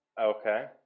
Okay